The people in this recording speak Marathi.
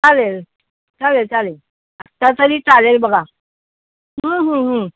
चालेल चालेल चालेल आत्ता तरी चालेल बघा